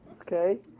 Okay